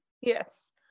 Yes